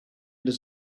does